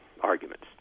arguments